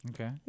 Okay